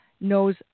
knows